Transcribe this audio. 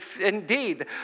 Indeed